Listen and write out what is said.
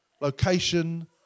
location